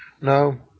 No